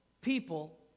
people